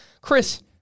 Chris